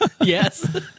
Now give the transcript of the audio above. Yes